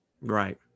Right